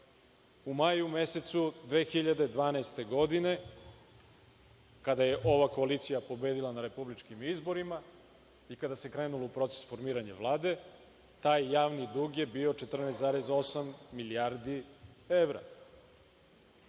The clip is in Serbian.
U maju mesecu 2012. godine, kada je ova koalicija pobedila na republičkim izborima i kada se krenulo u proces formiranja Vlade, taj javni dug je bio 14,8 milijardi evra. Često